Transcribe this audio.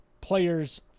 players